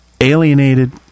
Alienated